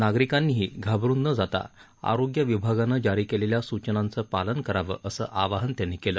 नागरिकांनीही घाबरुन न जाता आरोग्य विभागानं जारी केलेल्या सूचनांचं पालन करावं असं आवाहन त्यांनी केलं